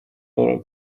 our